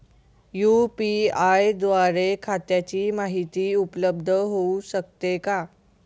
UPI द्वारे खात्याची माहिती उपलब्ध होऊ शकते का?